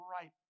right